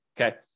Okay